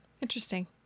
Interesting